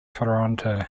toronto